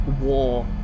war